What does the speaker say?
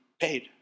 paid